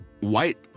white